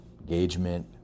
engagement